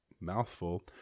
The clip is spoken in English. mouthful